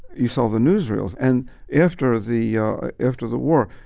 you saw the newsreels. and after the yeah after the war,